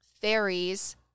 fairies